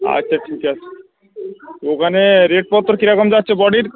আচ্ছা ঠিক আছে ওখানে রেটপত্তর কী রকম যাচ্ছে বডির